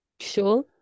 Sure